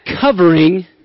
covering